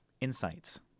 insights